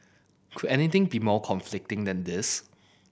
could anything be more conflicting than this